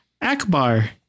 Akbar